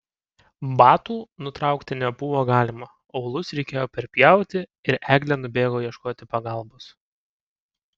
batų nutraukti nebuvo galima aulus reikėjo perpjauti ir eglė nubėgo ieškoti pagalbos